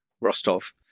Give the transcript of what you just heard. rostov